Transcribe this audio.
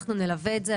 אנחנו נלווה את זה.